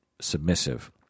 submissive